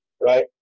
right